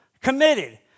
committed